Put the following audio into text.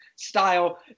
Style